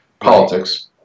politics